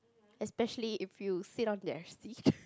especially if you sit on their seats